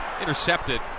Intercepted